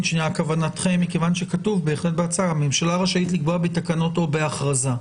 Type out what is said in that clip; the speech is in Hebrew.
כתוב בהצעה: הממשלה רשאית לקבוע בתקנות או בהכרזה.